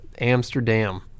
Amsterdam